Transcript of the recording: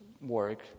work